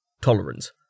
Tolerance